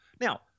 Now